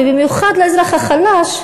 ובמיוחד לאזרח החלש,